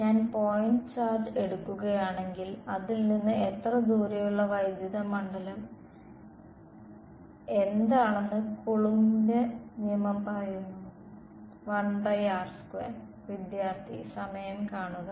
ഞാൻ point charge എടുക്കുകയാണെങ്കിൽ അതിൽ നിന്ന് എത്ര ദൂരെയുള്ള വൈദ്യുത മണ്ഡലം എന്താണെന്ന് കൊളംബിന്റെ നിയമം പറയുന്നു